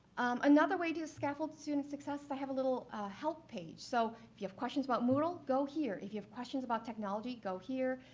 another way to scaffold student success is i have a little help page. so if you have questions about moodle, go here. if you have questions about technology, go here.